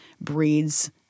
breeds